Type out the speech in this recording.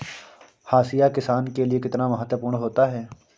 हाशिया किसान के लिए कितना महत्वपूर्ण होता है?